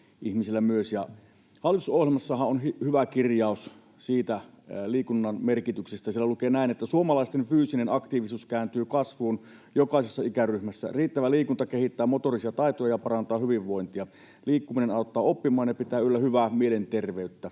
Hallitusohjelmassahan on hyvä kirjaus liikunnan merkityksestä. Siellä lukee näin: ”Suomalaisten fyysinen aktiivisuus kääntyy kasvuun jokaisessa ikäryhmässä. Riittävä liikunta kehittää motorisia taitoja ja parantaa hyvinvointia. Liikkuminen auttaa oppimaan ja pitää yllä hyvää mielenterveyttä.